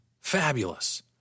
fabulous